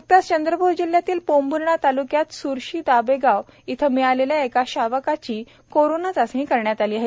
न्कताच चंद्रप्र जिल्हयातील पोंभूर्ना ताल्क्यातील स्र्शी दाबगाव येथे मिळालेल्या एका शावकाची कोरोना चाचणी करण्यात आली आहेत